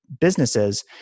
businesses